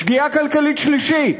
שגיאה כלכלית שלישית,